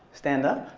stand up.